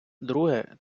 друге